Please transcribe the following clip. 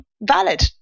valid